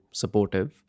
supportive